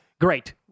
Great